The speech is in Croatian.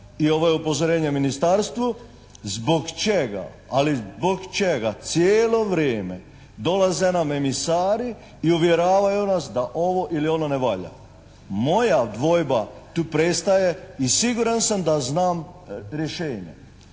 i ovo je upozorenje Ministarstvu zbog čega, ali zbog čega cijelo vrijeme dolaze nam emisari i uvjeravaju nas da ovo ili ono ne valja? Moja dvojba tu prestaje i siguran sam da znam rješenje.